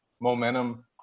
momentum